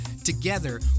together